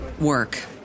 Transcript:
work